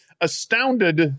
astounded